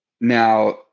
now